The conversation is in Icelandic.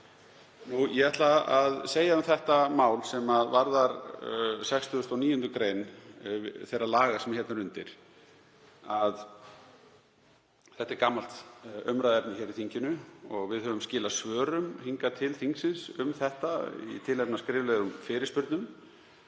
Ég ætla að segja um þetta mál, sem varðar 69. gr. þeirra laga sem hér eru undir, að þetta er gamalt umræðuefni hér í þinginu og við höfum skilað svörum hingað til þingsins um þetta í tilefni af skriflegum fyrirspurnum.